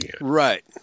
Right